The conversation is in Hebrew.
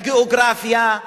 לגיאוגרפיה,